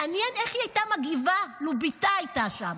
מעניין איך היא הייתה מגיבה לו בתה הייתה שם,